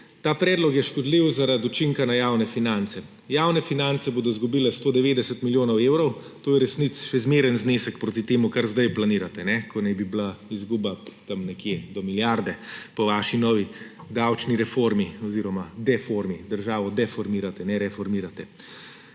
Ta predlog je škodljiv zaradi učinka na javne finance. Javne finance bodo izgubile 190 milijonov evrov, kar je v resnici še zmeren znesek proti temu, kar zdaj planirate, ko naj bi bila izguba tam nekje do milijarde, po vaši novi davčni reformi oziroma deformi – državo deformirate, ne reformirate.